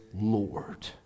Lord